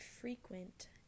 frequent